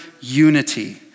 unity